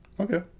Okay